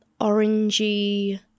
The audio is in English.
orangey